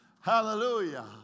hallelujah